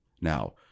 Now